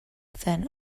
then